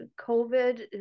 COVID